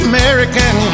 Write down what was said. American